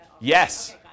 Yes